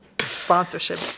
sponsorship